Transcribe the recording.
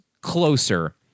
closer